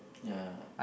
ya